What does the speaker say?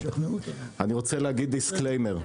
אני רוצה להגיד דיסקליימר.